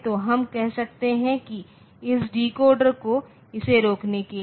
तो हम कह सकते हैं कि इस डिकोडर को इसे रोकने के लिए